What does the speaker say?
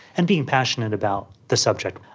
and being passionate about the subject.